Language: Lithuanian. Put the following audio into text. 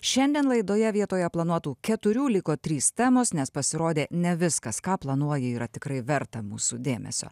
šiandien laidoje vietoje planuotų keturių liko trys temos nes pasirodė ne viskas ką planuoji yra tikrai verta mūsų dėmesio